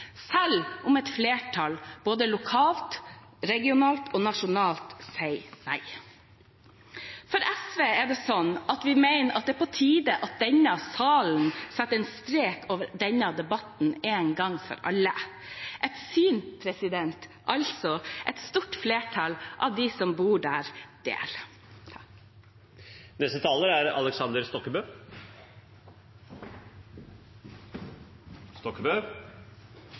selv om et flertall både lokalt, regionalt og nasjonalt sier nei. For SV er det sånn at vi mener det er på tide at denne salen setter en strek over denne debatten en gang for alle – et syn som altså et stort flertall av dem som bor der,